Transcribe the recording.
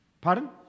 Pardon